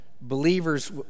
believers